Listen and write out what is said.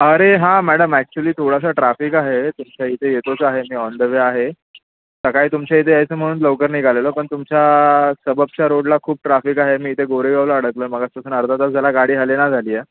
अरे हां madam actually थोडासा ट्राफिक आहे तुमच्या इथे येतोच आहे मी ऑन द वे आहे सकाळी तुमच्या इथे यायचं म्हणून लवकर निघालेलो पण तुमच्या सबपच्या रोडला खूप ट्राफिक आहे मी इथे गोरेगावला अडकलो मगाचपासून अर्धा तास झाला गाडी हलेना झाली आहे